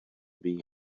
been